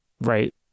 Right